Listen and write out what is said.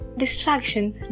distractions